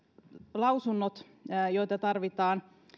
lausunnot joita tarvitaan